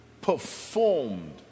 performed